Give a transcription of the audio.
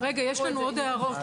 רגע, יש לנו עוד הערות.